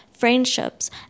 Friendships